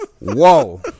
Whoa